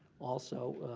also,